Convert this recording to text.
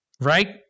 Right